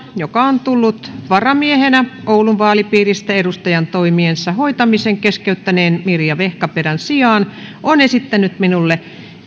joka on tullut varamiehenä oulun vaalipiiristä edustajantoimensa hoitamisen keskeyttäneen mirja vehkaperän sijaan on esittänyt minulle